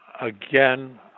again